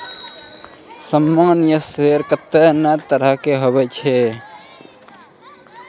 सामान्य शेयर कत्ते ने तरह के हुवै छै